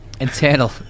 Internal